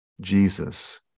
Jesus